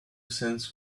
cents